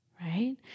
right